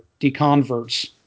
deconverts